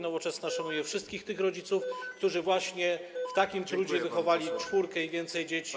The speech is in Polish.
Nowoczesna szanuje wszystkich tych rodziców, którzy właśnie w takim trudzie wychowali czwórkę i więcej dzieci.